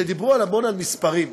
שדיברו המון על מספרים: